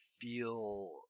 feel